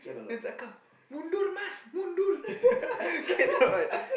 mundur mas mundur cannot what